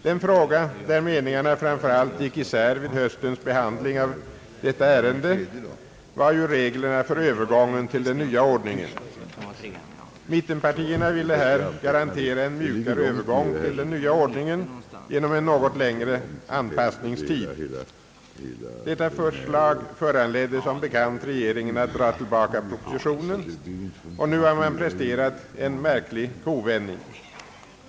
Den fråga där meningarna framför allt gick isär vid höstens behandling i detta ärende var reglerna för övergången till den nya ordningen. Mittenpartierna ville här garantera en mjukare övergång till den nya ordningen genom en något längre anpassningstid. Detta förslag föranledde som bekant regeringen att dra tillbaka propositionen, och nu har man presterat en märklig kovändning.